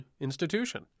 institution